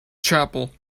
chapel